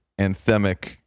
anthemic